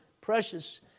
precious